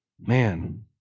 Man